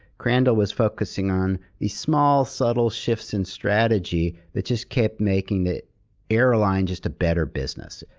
crandall was focusing on the small, subtle shifts in strategy that just kept making the airline just a better business.